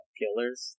killers